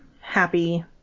happy